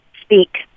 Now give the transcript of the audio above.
speak